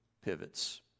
pivots